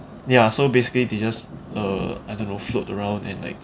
ya so basically they just err I don't know float around and like